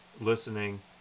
listening